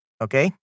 Okay